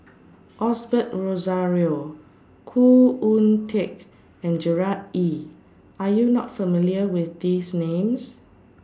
Osbert Rozario Khoo Oon Teik and Gerard Ee Are YOU not familiar with These Names